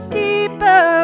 deeper